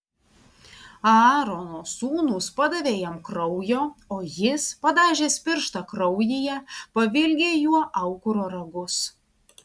aarono sūnūs padavė jam kraujo o jis padažęs pirštą kraujyje pavilgė juo aukuro ragus